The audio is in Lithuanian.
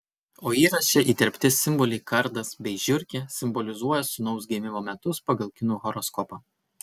o įraše įterpti simboliai kardas bei žiurkė simbolizuoja sūnaus gimimo metus pagal kinų horoskopą